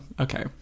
okay